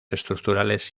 estructurales